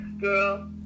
Girl